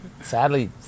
sadly